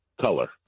color